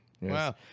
Wow